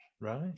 Right